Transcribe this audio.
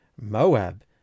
Moab